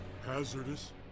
hazardous